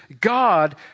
God